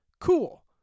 Cool